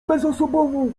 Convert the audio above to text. bezosobową